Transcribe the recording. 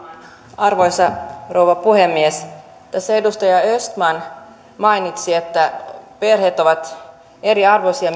arvoisa rouva puhemies tässä edustaja östman mainitsi että perheet ovat eriarvoisia